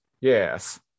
Yes